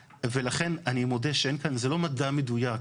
ולכן אני מודה שאין כאן, זה לא מדע מדויק.